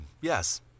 yes